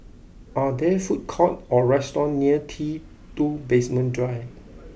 are there food courts or restaurants near T two Basement Drive